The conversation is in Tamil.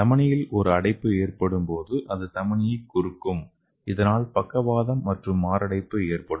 தமனியில் ஒரு அடைப்பு ஏற்படும் போது அது தமனியைக் குறுக்கும் இதனால் பக்கவாதம் மற்றும் மாரடைப்பு ஏற்படும்